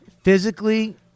Physically